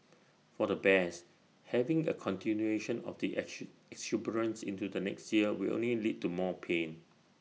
for the bears having A continuation of the into next year will only lead to more pain